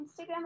Instagram